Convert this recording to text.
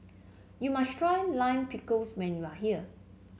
you must try Lime Pickles when you are here